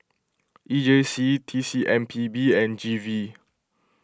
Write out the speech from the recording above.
E J C T C M P B and G V